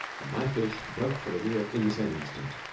and my fish broke for the weir in the same instant,